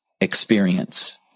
experience